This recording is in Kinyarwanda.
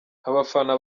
abafana